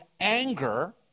anger